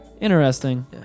Interesting